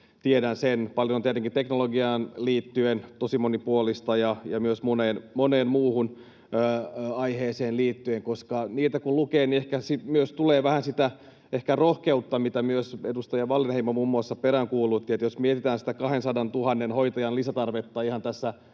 tiedän sen — paljon on tietenkin teknologiaan liittyen, tosi monipuolisia, ja myös moneen muuhun aiheeseen liittyen. Niitä kun lukee, niin ehkä sitten myös tulee vähän sitä rohkeutta, mitä myös muun muassa edustaja Wallinheimo peräänkuulutti. Jos mietitään sitä 200 000 hoitajan lisätarvetta ihan tässä